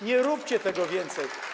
Nie róbcie tego więcej.